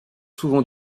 souvent